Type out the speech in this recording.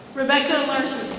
rebecca larson.